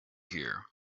here